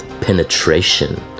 penetration